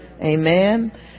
Amen